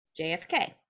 JFK